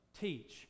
teach